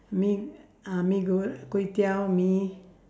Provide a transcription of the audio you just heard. mee~ ah mee-gor~ kuay-teow mee